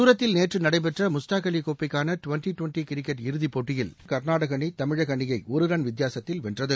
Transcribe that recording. சூரத்தில் நேற்று நடைபெற்ற முஸ்டாக் அலி கோப்பைக்கான டிவெண்டி டிவெண்டி கிரிக்கெட் இறுதிப் போட்டியில் கர்நாடக அணி தமிழக அணியை ஒரு ரன் வித்தியாசத்தில் வென்றது